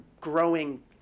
growing